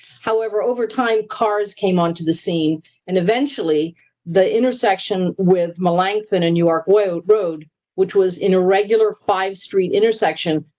however, over time, cars came onto the scene and eventually the intersection with melanchthon and york road, which was in a regular five street intersection,